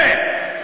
אה,